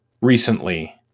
recently